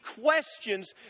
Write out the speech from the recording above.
questions